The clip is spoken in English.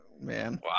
Man